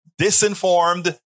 disinformed